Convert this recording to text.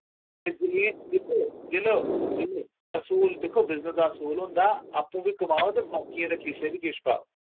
असूल दिक्खो बिजनस दा असूल होंदा अप्पू वि कमाओ ते बकियें दे खीसे वि किश पाओ